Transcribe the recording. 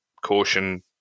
caution